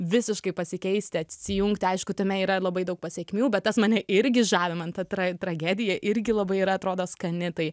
visiškai pasikeisti atsijungti aišku tame yra labai daug pasekmių bet tas mane irgi žavi man ta tra tragedija irgi labai yra atrodo skani tai